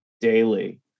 daily